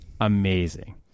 amazing